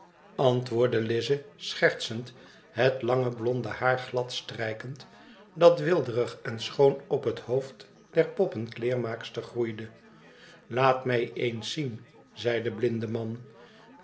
antwoordde lize schertsend het lange blonde haar gladstrijkend dat weelderig en schoon op het hoofd der poppenkleermaakster groeide laat mij eens zien zei de blinde